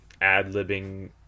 ad-libbing